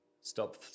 stop